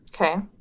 Okay